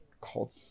called